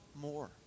more